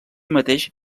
mateix